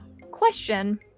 question